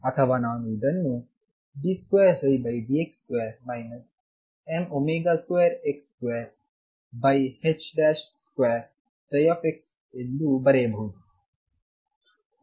ಅಥವಾ ನಾನು ಇದನ್ನುd2dx2 m22x2x0 ಎಂದು ಬರೆಯಬಹುದು